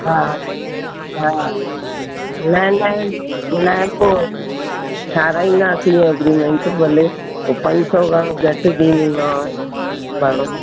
हा हा न न न पोइ ठाहिराईंदासीं एग्रीमेंट भले पंज सौ घणो घटि ॾींदीमांव भाड़ो